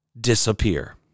disappear